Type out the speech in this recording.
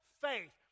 faith